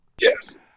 Yes